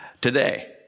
today